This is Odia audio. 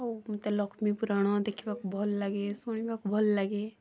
ଓ ମତେ ଲକ୍ଷ୍ମୀ ପୁରୁଣା ଦେଖିବାକୁ ଭଲ ଲାଗେ ଶୁଣିବାକୁ ଭଲ ଲାଗେ